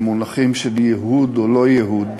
מונחים של ייהוד ולא ייהוד,